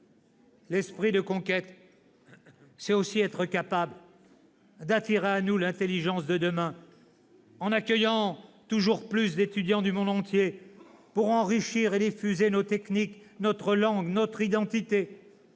L'esprit de conquête, c'est aussi nous rendre capables d'attirer à nous l'intelligence de demain, en accueillant toujours plus d'étudiants du monde entier pour enrichir et diffuser nos techniques, notre langue, notre identité